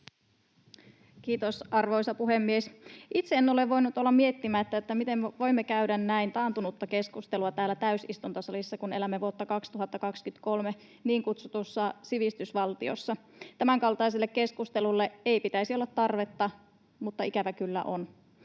Kiitos, arvoisa puhemies! Itse en ole voinut olla miettimättä, miten me voimme käydä näin taantunutta keskustelua täällä täysistuntosalissa, kun elämme vuotta 2023 niin kutsutussa sivistysvaltiossa. Tämänkaltaiselle keskustelulle ei pitäisi olla tarvetta mutta ikävä kyllä on.